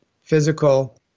physical